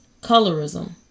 colorism